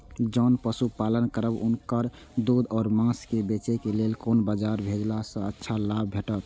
जोन पशु पालन करब उनकर दूध व माँस के बेचे के लेल कोन बाजार भेजला सँ अच्छा लाभ भेटैत?